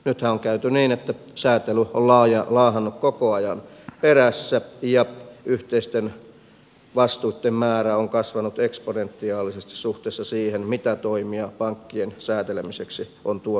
nythän on käyty niin että säätely on laahannut koko ajan perässä ja yhteisten vastuitten määrä on kasvanut eksponentiaalisesti suhteessa siihen mitä toimia pankkien säätelemiseksi on tuotu pöytään